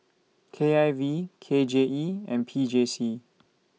K I V K J E and P J C